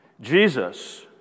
Jesus